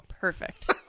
Perfect